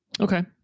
Okay